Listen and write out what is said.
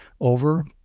over